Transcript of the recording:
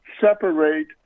separate